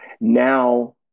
now